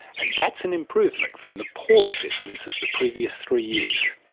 and that's an improvement from the poor assessments of the previous three years.